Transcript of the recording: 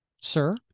Sir